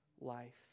life